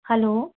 hello